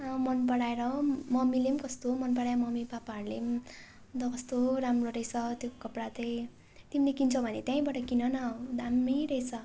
मनपराएर हो मम्मीले पनि कस्तो मनपराए मम्मी पापाहरूले पनि अन्त कस्तो राम्रो रहेछ त्यो कपडा त्यही तिमीले किन्छौ भने त्यहीँबाट किन न दामी रहेछ